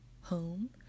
home